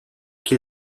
qui